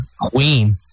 Queen